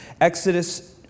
Exodus